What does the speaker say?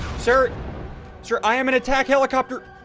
sir sir, i am an attack helicopter,